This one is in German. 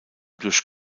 durch